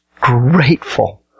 grateful